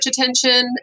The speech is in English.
attention